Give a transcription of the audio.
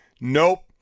nope